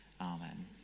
amen